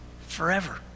forever